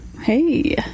Hey